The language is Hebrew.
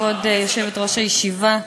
כבוד יושבת-ראש הישיבה,